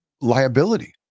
liability